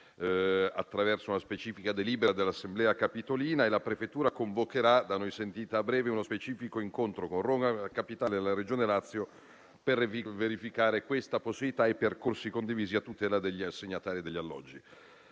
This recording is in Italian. attraverso una specifica delibera dell'Assemblea capitolina. La prefettura, da noi sentita a breve, convocherà uno specifico incontro con Roma Capitale e la Regione Lazio per verificare questa possibilità e i percorsi condivisi a tutela degli assegnatari degli alloggi.